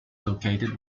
located